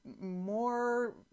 more